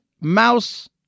mouse